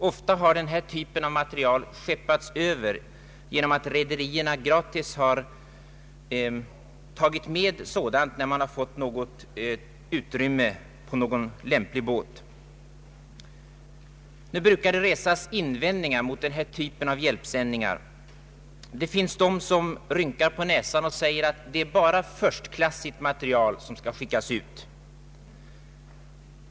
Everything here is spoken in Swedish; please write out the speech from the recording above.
Ofta har denna typ av materiel skeppats över genom att rederier gratis har tagit med materielen när man fått utrymme på någon lämplig båt. Nu brukar det resas invändningar mot denna typ av hjälpsändningar. Det finns de som rynkar på näsan och säger att bara förstklassig materiel skall skickas ut.